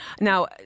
Now